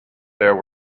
there